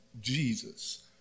Jesus